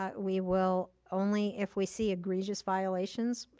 ah we will only, if we see egregious violations,